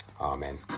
Amen